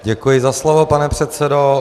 Děkuji za slovo, pane předsedo.